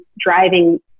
driving